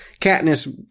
Katniss